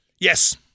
Yes